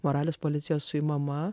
moralės policijos suimama